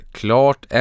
klart